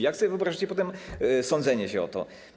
Jak sobie wyobrażacie potem sądzenie się o to?